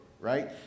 right